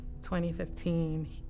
2015